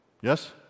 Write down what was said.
Yes